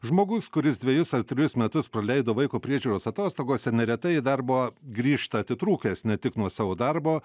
žmogus kuris dvejus ar trejus metus praleido vaiko priežiūros atostogose neretai į darbą grįžta atitrūkęs ne tik nuo savo darbo